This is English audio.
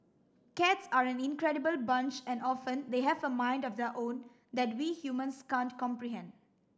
cats are an incredible bunch and often they have a mind of their own that we humans can't comprehend